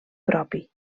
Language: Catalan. propi